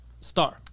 star